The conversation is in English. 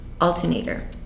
alternator